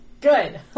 Good